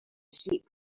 sheep